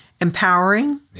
empowering